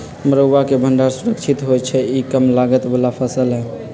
मरुआ के भण्डार सुरक्षित होइ छइ इ कम लागत बला फ़सल हइ